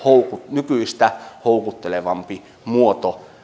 nykyistä houkuttelevampi muoto